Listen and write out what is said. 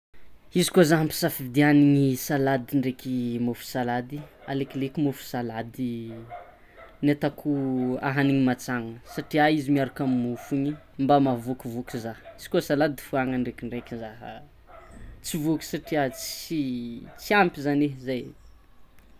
Izy koa zah ampisafidiany salady ndreky mofo salady, alekoleko mofo salady ny ataoko hagniny mantsagna satria izy miaraka amy môfo igny mba mavokivoky zah, izy koa salady foagna ndrekindreky zah tsy voky satria tsy ampy zany zay.